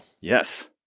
Yes